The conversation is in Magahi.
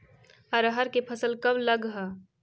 अरहर के फसल कब लग है?